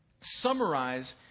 summarize